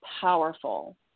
powerful